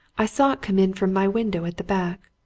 i saw it come in from my window, at the back.